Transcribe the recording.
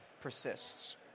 persists